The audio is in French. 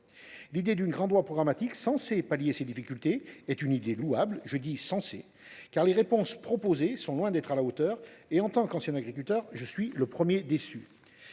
L’idée d’une grande loi programmatique, censée pallier ces difficultés, est une idée louable. Je dis « censée », car les réponses proposées sont loin d’être à la hauteur, et en tant qu’ancien agriculteur, j’en suis le premier déçu.